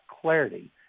clarity